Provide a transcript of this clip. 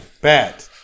Bad